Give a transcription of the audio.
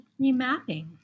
remapping